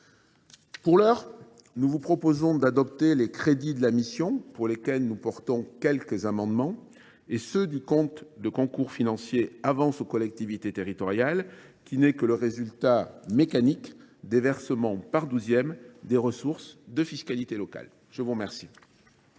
collègues, nous vous proposons d’adopter les crédits de la mission, sur lesquels nous présenterons quelques amendements, et ceux du compte de concours financiers « Avances aux collectivités territoriales », qui n’est que le résultat mécanique des versements par douzième des ressources de fiscalité locale. La parole